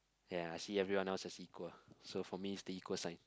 ya I see everyone else as equal so for me is the equal sign